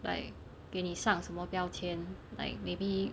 like 给你上什么标签 like maybe